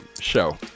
show